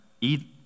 eat